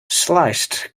sliced